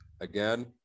again